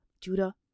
Judah